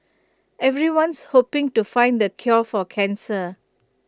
everyone's hoping to find the cure for cancer